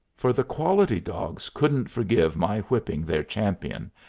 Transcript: for the quality-dogs couldn't forgive my whipping their champion,